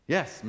Yes